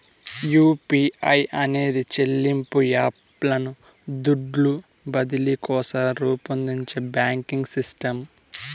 UPI అనేది చెల్లింపు app లను దుడ్లు బదిలీ కోసరం రూపొందించే బాంకింగ్ సిస్టమ్